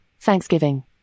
Thanksgiving